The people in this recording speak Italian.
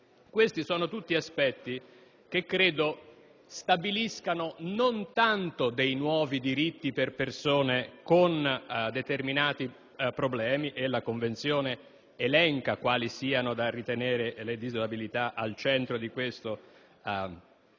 questi aspetti si stabiliscono non solo nuovi diritti per persone con determinati problemi (la Convenzione elenca quali siano da ritenere le disabilità al centro di questo